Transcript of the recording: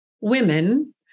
women